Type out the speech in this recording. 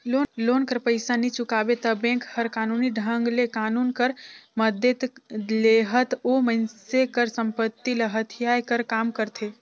loan कर पइसा नी चुकाबे ता बेंक हर कानूनी ढंग ले कानून कर मदेत लेहत ओ मइनसे कर संपत्ति ल हथियाए कर काम करथे